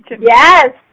Yes